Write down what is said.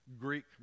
Greek